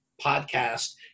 podcast